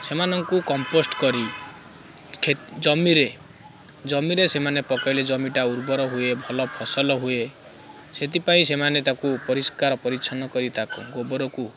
ସେମାନଙ୍କୁ କମ୍ପୋଷ୍ଟ୍ କରି ଜମିରେ ଜମିରେ ସେମାନେ ପକେଇଲେ ଜମିଟା ଉର୍ବର ହୁଏ ଭଲ ଫସଲ ହୁଏ ସେଥିପାଇଁ ସେମାନେ ତାକୁ ପରିଷ୍କାର ପରିଚ୍ଛନ୍ନ କରି ତାକୁ ଗୋବରକୁ